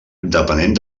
depenent